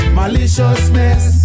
maliciousness